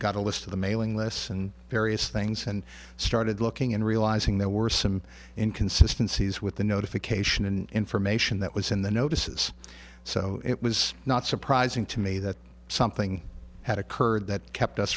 got a list of the mailing lists and various things and started looking and realizing there were some inconsistency as with the notification and information that was in the notices so it was not surprising to me that something had occurred that kept us